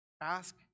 Ask